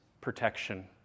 protection